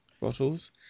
bottles